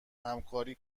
همکاری